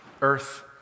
earth